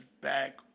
back